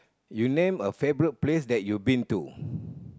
you name a favourite place that you been to